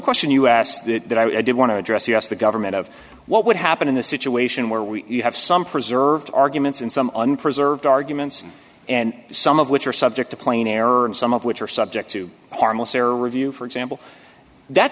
question you asked that i did want to address yes the government of what would happen in the situation where we have some preserved arguments and some on preserved arguments and some of which are subject to plain error and some of which are subject to harmless error review for example that